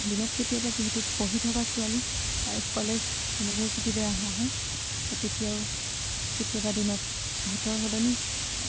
দিনত কেতিয়াবা যিহেতু পঢ়ি থকা ছোৱালী কলেজ ইউনিভাৰ্চিটিলৈ অহা হয় তেতিয়াও কেতিয়াবা দিনত ভাতৰ সলনি